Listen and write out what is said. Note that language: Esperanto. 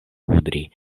kudri